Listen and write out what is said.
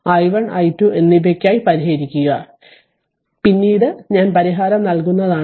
i1 i2 എന്നിവയ്ക്കായി പരിഹരിക്കുക പിന്നീട് ഞാൻ പരിഹാരം നൽകും